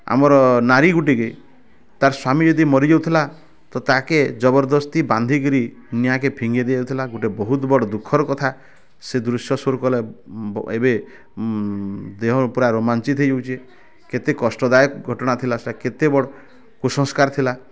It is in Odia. ଆମର୍ ନାରୀ ଗୁଟେ କେ ତା'ର୍ ସ୍ୱାମୀ ଯଦି ମରି ଯାଉଥିଲା ତ ତାହାକେ ଜବର୍ଦସ୍ତି ବାନ୍ଧିକିରି ନିଆଁକେ ଫିଙ୍ଗି ଦିଆଯାଉଥିଲା ଗୁଟେ ବହୁତ୍ ବଡ଼ ଦୁଃଖର୍ କଥା ସେ ଦୃଶ୍ୟ ସୋର୍ କଲେ ଏବେ ଦେହ ପୁରା ରୋମାଞ୍ଚିତ୍ ହେଇଯାଉଛେ କେତେ କଷ୍ଟଦାୟକ ଘଟଣା ଥିଲା ସେ କେତେ ବଡ଼ କୁସଂସ୍କାର ଥିଲା